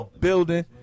building